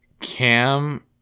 Cam